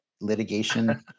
litigation